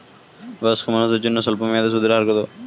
বয়স্ক মানুষদের জন্য স্বল্প মেয়াদে সুদের হার কত?